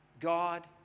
God